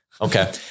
Okay